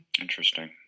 Interesting